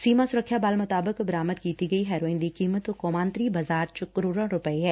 ਸੀਮਾ ਸੁਰੱਖਿਆ ਬਲ ਮੁਤਾਬਿਕ ਬਰਾਮਦ ਕੀਤੀ ਗਈ ਹੈਰੋਇਨ ਦੀ ਕੀਮਤ ਕੌਮਾਂਤਰੀ ਬਾਜ਼ਾਰ 'ਚ ਕਰੋਤਾਂ ਰੁਪਏ ਹੈ